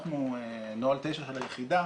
נוהל 9 של היחידה